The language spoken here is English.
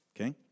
Okay